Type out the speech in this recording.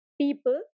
people